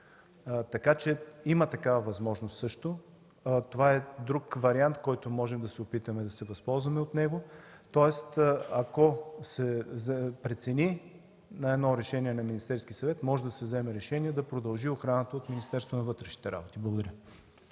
Има такава възможност, това е друг вариант, от който можем да се опитаме да се възползваме, тоест ако се прецени, на заседание на Министерския съвет може да се вземе решение да продължи охраната от Министерството на вътрешните работи. Благодаря.